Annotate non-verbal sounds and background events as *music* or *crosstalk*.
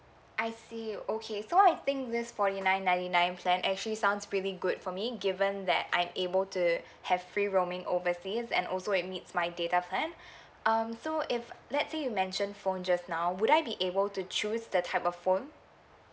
I see okay so I think this forty nine ninety nine plan actually sounds really good for me given that I'm able to have free roaming overseas and also it meets my data plan *breath* um so if let's say you mentioned phone just now would I be able to choose the type of phone